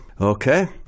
okay